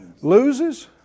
Loses